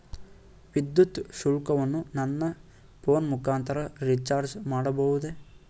ವಿದ್ಯುತ್ ಶುಲ್ಕವನ್ನು ನನ್ನ ಫೋನ್ ಮುಖಾಂತರ ರಿಚಾರ್ಜ್ ಮಾಡಬಹುದೇ?